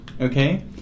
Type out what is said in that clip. okay